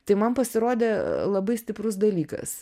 tai man pasirodė labai stiprus dalykas